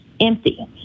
empty